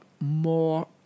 more